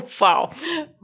Wow